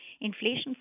inflation